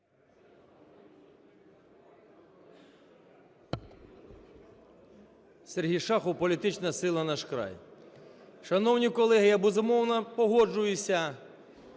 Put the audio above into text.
СергійШахов, політична сила "Наш край". Шановні колеги, я, безумовно, погоджуюся